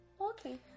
Okay